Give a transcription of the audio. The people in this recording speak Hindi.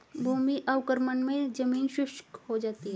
भूमि अवक्रमण मे जमीन शुष्क हो जाती है